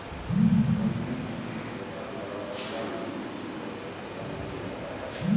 pension fund को सरकार द्वारा सेवाविहीन होने पर प्रदान किया जाता है